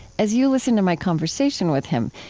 as you listen to my conversation with him,